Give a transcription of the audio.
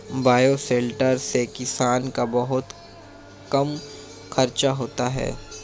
bioshelter से किसान का बहुत कम खर्चा होता है